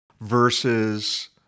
versus